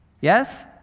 Yes